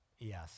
Yes